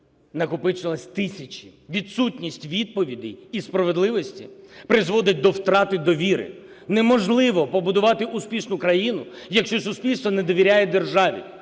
накопичилось тисячі. Відсутність відповідей і справедливості призводить до втрати довіри. Неможливо побудувати успішну країну, якщо суспільство не довіряє державі.